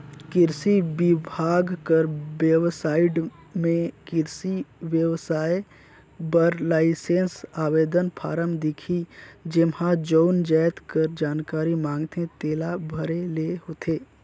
किरसी बिभाग कर बेबसाइट में किरसी बेवसाय बर लाइसेंस आवेदन फारम दिखही जेम्हां जउन जाएत कर जानकारी मांगथे तेला भरे ले होथे